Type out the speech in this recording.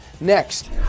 Next